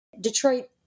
Detroit